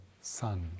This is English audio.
sun